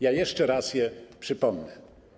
Jeszcze raz je przypomnę.